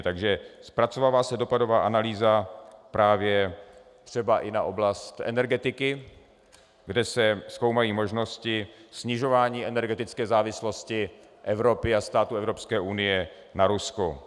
Takže zpracovává se dopadová analýza právě třeba i na oblast energetiky, kde se zkoumají možnosti snižování energetické závislosti Evropy a států Evropské unie na Rusku.